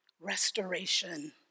restoration